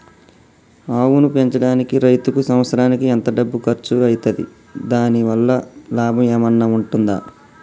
ఆవును పెంచడానికి రైతుకు సంవత్సరానికి ఎంత డబ్బు ఖర్చు అయితది? దాని వల్ల లాభం ఏమన్నా ఉంటుందా?